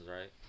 right